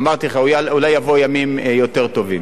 אמרתי לך, אולי יבואו ימים יותר טובים.